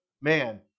man